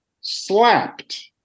slapped